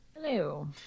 Hello